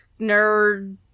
nerd